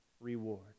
reward